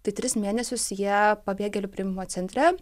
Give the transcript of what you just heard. tai tris mėnesius jie pabėgėlių priėmimo centre